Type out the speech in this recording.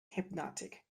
hypnotic